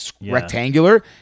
rectangular